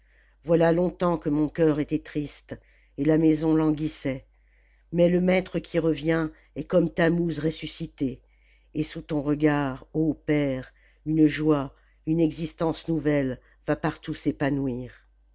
voilà longtemps que mon cœur était triste et la maison languissait mais le maître qui revient est comme tammouz ressuscité et sous ton regard ô père une joie une existence nouvelle va partout s'épanouir